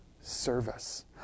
service